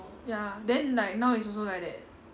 ya then like now is also like that